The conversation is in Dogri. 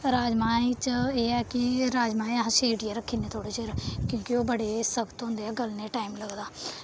राजमांहें च एह् ऐ कि राजमांहें ई अस सेड़ियै रखी ने थोह्ड़े चिर क्योंकि ओह् बड़े सख्त होंदे गलने ई टाइम लगदा